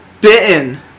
Bitten